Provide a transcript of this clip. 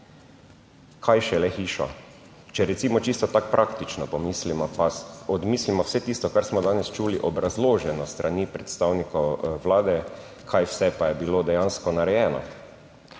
kaj šele hišo, če recimo čisto tako praktično pomislimo, pa odmislimo vse tisto kar smo danes čutili obrazloženo s strani predstavnikov Vlade, kaj vse pa je bilo dejansko narejeno.